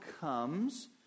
comes